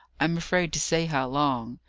i am afraid to say how long.